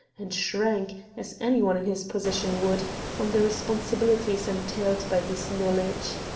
and shrank, as any one in his position would, from the responsibilities entailed by this knowledge.